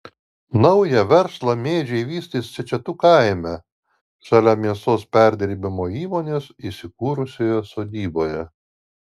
naują verslą mėdžiai vystys čečetų kaime šalia mėsos perdirbimo įmonės įsikūrusioje sodyboje